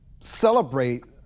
celebrate